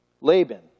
Laban